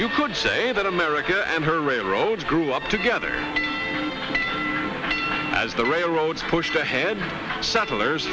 you could say that america and her railroad grew up together as the railroads pushed ahead settlers